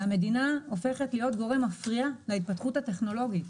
והמדינה הופכת להיות גורם מפריע להתפתחות הטכנולוגית.